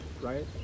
right